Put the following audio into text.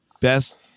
Best